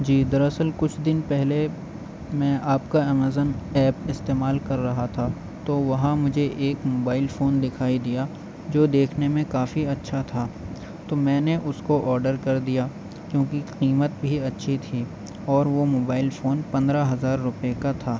جی در اصل کچھ دن پہلے میں آپ کا امازون ایپ استعمال کر رہا تھا تو وہاں مجھے ایک موبائل فون دکھائی دیا جو دیکھنے میں کافی اچھا تھا تو میں نے اس کو آڈر کر دیا کیونکہ قیمت بھی اچھی تھی اور وہ موبائل فون پندرہ ہزار روپیے کا تھا